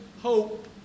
hope